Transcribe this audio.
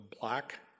black